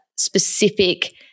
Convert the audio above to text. specific